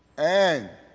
and,